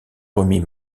remis